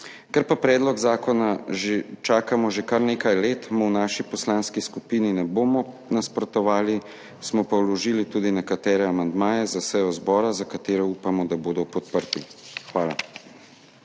Ker pa predlog zakona čakamo že kar nekaj let, mu v naši poslanski skupini ne bomo nasprotovali, smo pa vložili tudi nekatere amandmaje za sejo zbora, za katere upamo, da bodo podprti. Hvala.